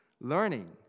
learning